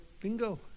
bingo